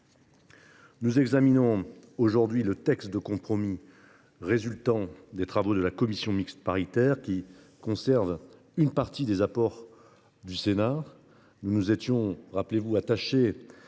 Nous examinons aujourd’hui le texte de compromis résultant des travaux de la commission mixte paritaire, qui conserve une partie des apports du Sénat. Nous nous étions en particulier attachés,